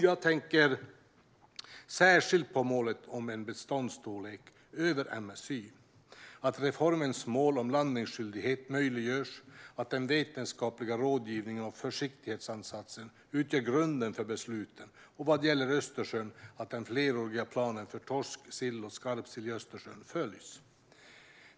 Jag tänker särskilt på målet om en beståndsstorlek över MSY att reformens mål om landningsskyldighet möjliggörs att den vetenskapliga rådgivningen och försiktighetsansatsen utgör grunden för besluten, och vad gäller Östersjön att den fleråriga planen för torsk, sill och skarpsill i Östersjön följs.